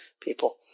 people